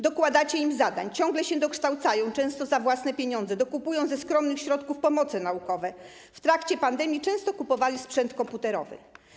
Dokładacie im zadań, ciągle się dokształcają, często za własne pieniądze, dokupują ze skromnych środków pomoce naukowe, w trakcie pandemii często kupowali sprzęt komputerowy.